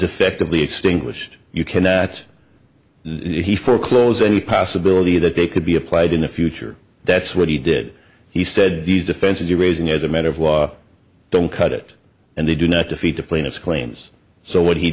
effectively extinguished you can that he foreclose any possibility that they could be applied in the future that's what he did he said these offenses you're raising as a matter of law don't cut it and they do not defeat the plaintiffs claims so what he